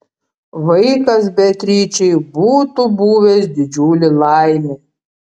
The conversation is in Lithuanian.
vaikas beatričei būtų buvęs didžiulė laimė